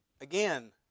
again